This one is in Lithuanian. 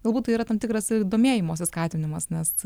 galbūt tai yra tam tikras ir domėjimosi skatinimas nes